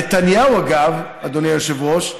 נתניהו, אגב, אדוני היושב-ראש,